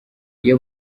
iyo